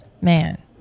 man